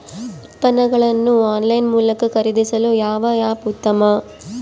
ಉತ್ಪನ್ನಗಳನ್ನು ಆನ್ಲೈನ್ ಮೂಲಕ ಖರೇದಿಸಲು ಯಾವ ಆ್ಯಪ್ ಉತ್ತಮ?